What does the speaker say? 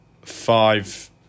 five